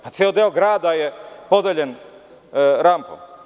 Ceo deo grada je podeljen rampom.